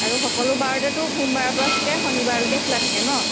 আৰু সকলো বাৰতেতো সোমবাৰৰ পৰা চাগৈ শনিবাৰলৈকে খোলা থাকে ন'